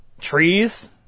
trees